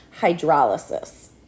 hydrolysis